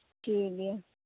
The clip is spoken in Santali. ᱴᱷᱤᱠ ᱜᱮᱭᱟ